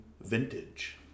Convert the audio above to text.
vintage